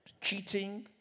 cheating